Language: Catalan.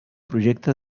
projecte